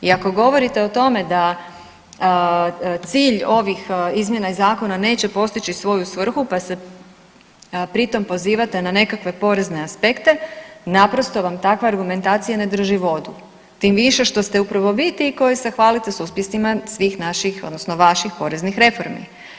I ako govorite o tome da cilj ovih izmjena i zakona neće postići svoju svrhu pa se pritom pozivate na nekakve porezne aspekte, naprosto vam takva argumentacija ne drži vodu tim više što ste upravo vi ti koji se hvalite s uspjesima svih našim odnosno vaših poreznih reformi.